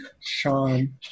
sean